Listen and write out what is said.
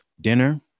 dinner